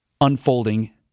unfolding